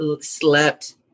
slept